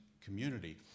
community